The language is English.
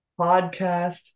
podcast